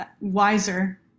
wiser